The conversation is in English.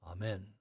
Amen